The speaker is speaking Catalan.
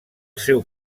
seu